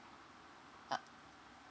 uh